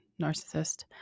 narcissist